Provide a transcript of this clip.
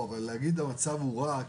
אבל להקריא מהדף שהמצב מורע.